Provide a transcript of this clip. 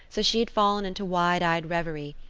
so she had fallen into wide-eyed reverie,